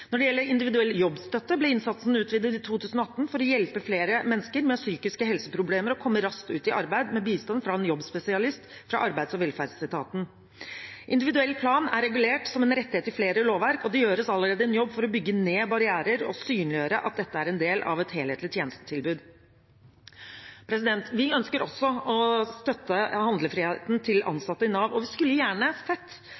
Når det gjelder individuell jobbstøtte, ble innsatsen utvidet i 2018 for å hjelpe flere mennesker med psykiske helseproblemer å komme raskt ut i arbeid med bistand fra en jobbspesialist fra arbeids- og velferdsetaten. Individuell plan er regulert som en rettighet i flere lovverk, og det gjøres allerede en jobb for å bygge ned barrierer og synliggjøre at dette er en del av et helhetlig tjenestetilbud. Vi ønsker også å støtte handlefriheten til